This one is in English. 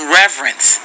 reverence